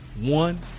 one